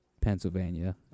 Pennsylvania